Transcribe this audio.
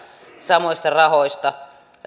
samoista rahoista